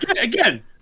Again